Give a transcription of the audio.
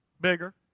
Bigger